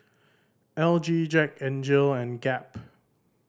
L G Jack N Jill and Gap